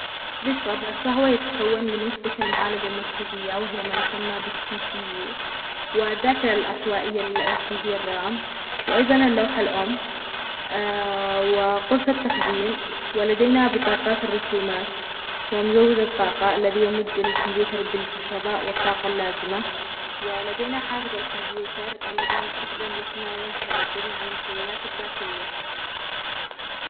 بالطبع فهو يتكون من وحدة المعالجة المركزية وهي ما يسمى بالسي بي يو، والذاكرة العشوائية التي هي الرام وأيظًا اللوحة الأم وقرص التخزين، ولدينا بطاقات الرسومات ومزود الطاقة الذي يمد الكمبيوتر بالكهرباء والطاقة اللازمة، ولدينا حافظ الكمبيوتر الذي يستخدم لحماية جميع المكونات الداخلية.